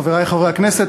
חברי חברי הכנסת,